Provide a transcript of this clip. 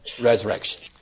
resurrection